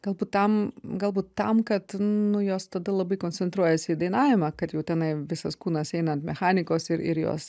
galbūt tam galbūt tam kad nu jos tada labai koncentruojasi į dainavimą kad jau tenai visas kūnas eina ant mechanikos ir jos